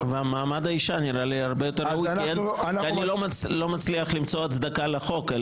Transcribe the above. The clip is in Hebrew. מעמד האישה נראה לי הרבה יותר מתאים ואני לא מצליח למצוא הצדקה לחוק.